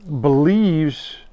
believes